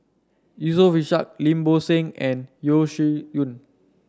Yusof Ishak Lim Bo Seng and Yeo Shih Yun